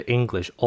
English